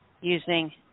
Using